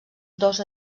dos